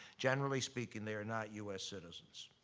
generally speaking, they are not us citizens.